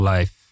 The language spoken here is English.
Life